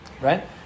Right